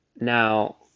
Now